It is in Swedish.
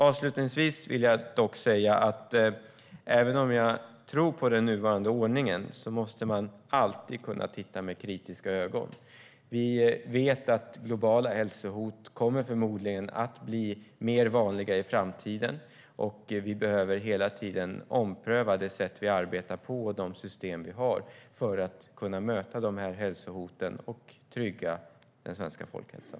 Avslutningsvis vill jag dock säga att även om jag tror på den nuvarande ordningen måste man alltid kunna titta med kritiska ögon. Vi vet att globala hälsohot förmodligen kommer att bli mer vanliga i framtiden. Vi behöver hela tiden ompröva det sätt vi arbetar på och de system vi har för att kunna möta hälsohoten och trygga den svenska folkhälsan.